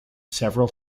several